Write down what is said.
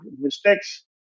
mistakes